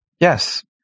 Yes